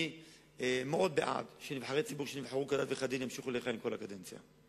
אני מאוד בעד שנבחרי ציבור שנבחרו כדת וכדין ימשיכו לכהן כל הקדנציה.